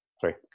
Sorry